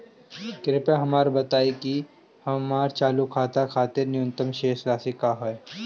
कृपया हमरा बताइं कि हमर चालू खाता खातिर न्यूनतम शेष राशि का ह